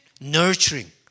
nurturing